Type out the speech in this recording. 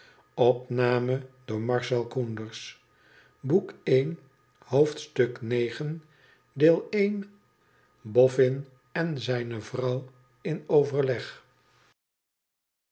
boffin kn zuns vrouw in overleg